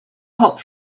hot